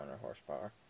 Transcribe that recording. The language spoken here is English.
horsepower